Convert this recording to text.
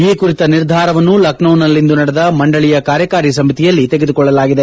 ಈ ಕುರಿತ ನಿರ್ಧಾರವನ್ನು ಲಖನೌನಲ್ಲಿಂದು ನಡೆದ ಮಂಡಳಿಯ ಕಾರ್ಯಕಾರಿ ಸಮಿತಿಯಲ್ಲಿ ತೆಗೆದುಕೊಳ್ಳಲಾಗಿದೆ